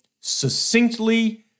succinctly